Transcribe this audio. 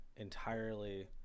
Entirely